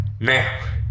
Now